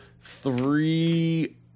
three